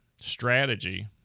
strategy